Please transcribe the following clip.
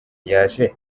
yaje